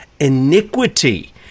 iniquity